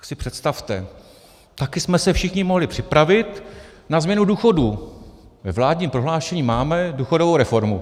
Tak si představte, také jsme se všichni mohli připravit na změnu důchodů, ve vládním prohlášení máme důchodovou reformu.